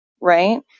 right